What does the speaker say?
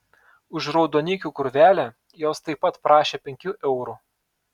už raudonikių krūvelę jos taip pat prašė penkių eurų